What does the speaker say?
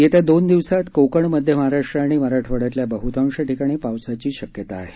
येत्या दोन दिवसात कोकण मध्य महाराष्ट्र आणि मराठवाड्यातल्या बहतांश ठिकाणी पावसाची शक्यता आहे